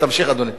תמשיך, אדוני.